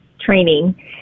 training